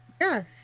Yes